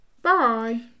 Bye